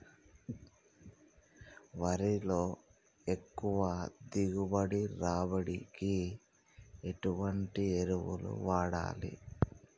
వరిలో ఎక్కువ దిగుబడి రావడానికి ఎటువంటి ఎరువులు వాడాలి?